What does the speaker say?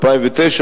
2009,